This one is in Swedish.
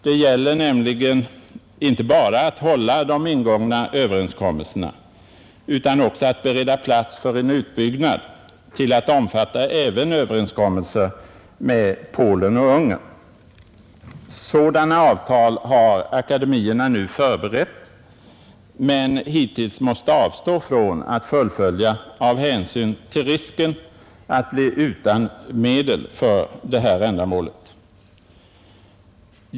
Det gäller nämligen inte bara att hålla de ingångna överenskommelserna utan också att bereda plats för en utbyggnad till att omfatta överenskommelser även med Polen och Ungern. Sådana avtal har akademierna nu förberett men hittills måst avstå från att fullfölja av hänsyn till risken att bli utan medel för det här ändamålet.